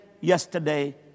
yesterday